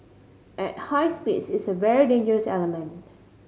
at high speeds it's a very dangerous element